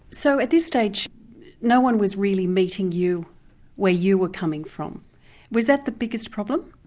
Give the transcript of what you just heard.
so at this stage no one was really meeting you where you were coming from was that the biggest problem?